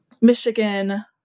Michigan